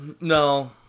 No